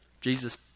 Jesus